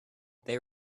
they